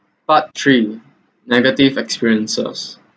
part three negative experiences